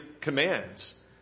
commands